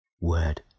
word